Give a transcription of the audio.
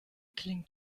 klingt